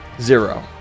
Zero